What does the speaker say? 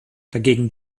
dagegen